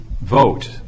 vote